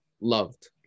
loved